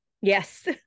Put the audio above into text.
Yes